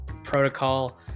protocol